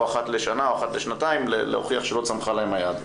אחת לשנה או אחת לשנתיים להוכיח שלא צמחה להם היד.